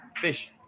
fish